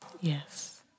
Yes